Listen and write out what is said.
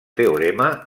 teorema